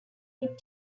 mid